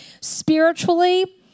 Spiritually